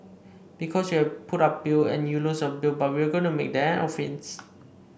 because you have put up bail and you lose your bail but we are going to make that an offence